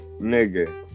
nigga